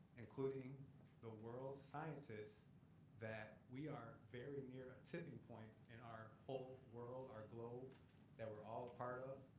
including the world's scientists that we are very near a tipping point in our whole world, our globe that we're all a part of,